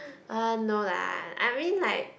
uh no lah I mean like